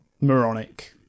moronic